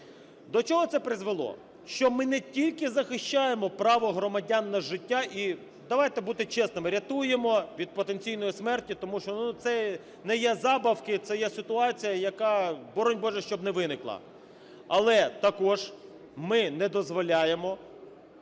До чого це призвело? Що ми не тільки захищаємо право громадян на життя і, давайте бути чесними, рятуємо від потенційної смерті. Тому що це не є забавки, це є ситуація, яка, боронь Боже, щоб не виникла. Але також ми не дозволяємо